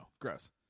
gross